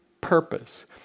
purpose